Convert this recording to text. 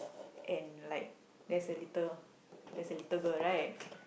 and like there's a little there's a little girl right